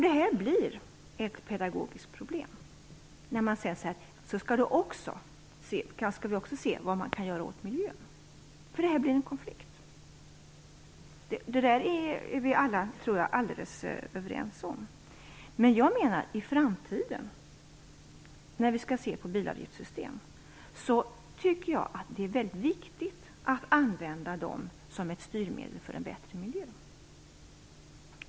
Detta blir ett pedagogiskt problem när man sedan också skall se vad man kan göra åt miljön, för här uppstår en konflikt. Detta tror jag att vi alla är helt överens om. Men när vi i framtiden skall se på bilagvgiftssystem tycker jag att det är viktigt att använda dessa som ett styrmedel för en bättre miljö.